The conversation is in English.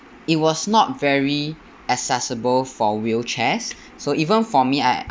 it was not very accessible for wheelchairs so even for me I I